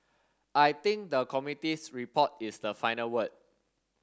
I think the committee's report is the final word